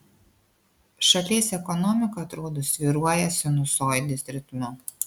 šalies ekonomika atrodo svyruoja sinusoidės ritmu